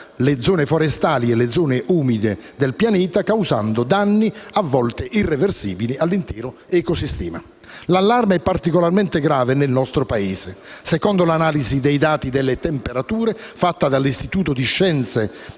le zone forestali e le zone umide del pianeta causando danni, a volte irreversibili, all'intero ecosistema. L'allarme è particolarmente grave nel nostro Paese. Secondo l'analisi dei dati delle temperature, fatta dall'Istituto di scienze